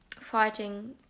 fighting